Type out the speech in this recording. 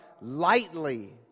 lightly